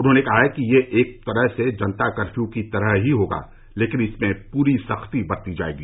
उन्होंने कहा कि यह एक तरह से जनता कर्फ्यू की तरह ही होगा लेकिन इसमें पूरी सख्ती बरती जाएगी